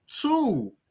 two